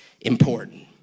important